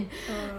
ah